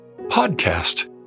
podcast